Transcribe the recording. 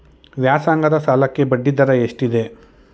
ವ್ಯಾಸಂಗದ ಸಾಲಕ್ಕೆ ಬಡ್ಡಿ ದರ ಎಷ್ಟಿದೆ?